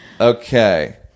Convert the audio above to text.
okay